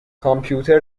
کامپیوتر